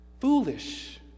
Foolish